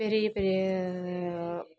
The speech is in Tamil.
பெரிய பெரிய